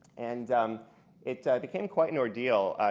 and um it became quite an ordeal.